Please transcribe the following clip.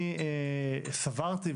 אני סברתי,